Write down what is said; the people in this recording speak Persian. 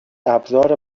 ابزار